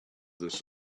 this